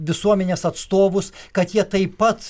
visuomenės atstovus kad jie taip pat